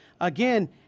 Again